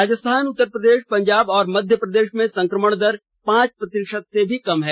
राजस्थान उत्तरप्रदेश पंजाब और मध्यप्रदेश में संक्रमण दर पांच प्रतिशत से भी कम है